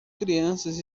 crianças